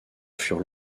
furent